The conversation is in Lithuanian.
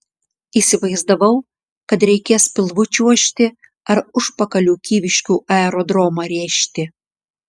įsivaizdavau kad reikės pilvu čiuožti ar užpakaliu kyviškių aerodromą rėžti